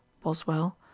Boswell